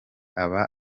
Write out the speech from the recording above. aba